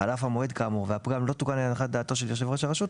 חלף המועד האמור והפגם לא תוקן להנחת דעתו של יושב ראש הרשות ,